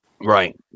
Right